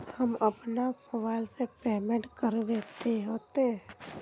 हम अपना मोबाईल से पेमेंट करबे ते होते?